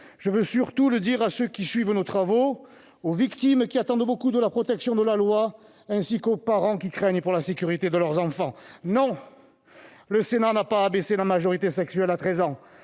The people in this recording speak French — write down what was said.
je veux surtout le dire à ceux qui suivent nos travaux, aux victimes qui attendent beaucoup de la protection de la loi, ainsi qu'aux parents qui craignent pour la sécurité de leurs enfants : non, le Sénat n'a pas abaissé la majorité sexuelle à 13 ans